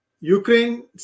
Ukraine